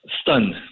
stunned